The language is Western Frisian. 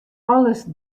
alles